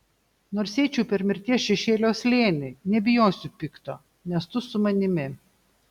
nors eičiau per mirties šešėlio slėnį nebijosiu pikto nes tu su manimi